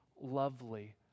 lovely